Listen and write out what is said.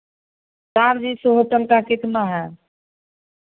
charge इस hotel का कितना है